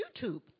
YouTube